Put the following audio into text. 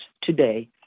today